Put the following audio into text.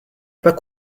pas